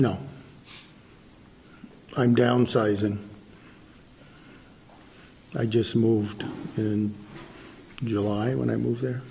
no i'm downsizing i just moved in july when i moved here